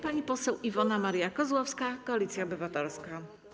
Pani poseł Iwona Maria Kozłowska, Koalicja Obywatelska.